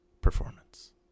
performance